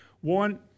One